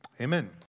Amen